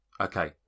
Okay